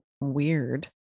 weird